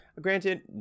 Granted